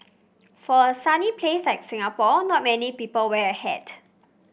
for a sunny place like Singapore not many people wear a hat